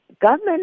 government